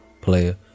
player